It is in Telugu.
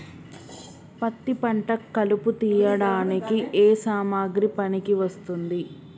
పత్తి పంట కలుపు తీయడానికి ఏ సామాగ్రి పనికి వస్తుంది?